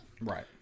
Right